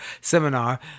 seminar